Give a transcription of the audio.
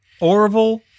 Orville